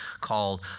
called